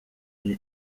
uyu